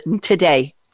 today